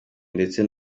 ndetse